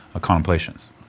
contemplations